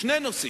שני נושאים,